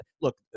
Look